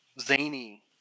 zany